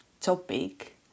topic